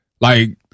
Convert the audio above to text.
Like-